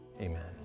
Amen